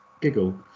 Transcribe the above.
giggle